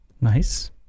Nice